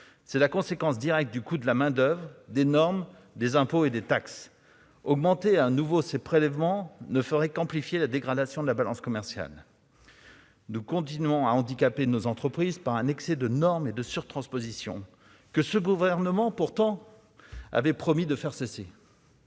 C'est la conséquence directe du coût de la main-d'oeuvre, des normes, des impôts et des taxes. Augmenter à nouveau ces prélèvements ne ferait qu'amplifier la dégradation de la balance commerciale. Nous continuons à désavantager nos entreprises en produisant trop de normes et en surtransposant, pratiques que ce gouvernement avait pourtant promis de faire cesser.